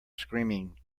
screaming